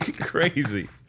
Crazy